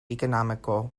economical